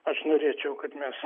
aš norėčiau kad mes